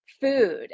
food